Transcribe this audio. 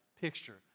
picture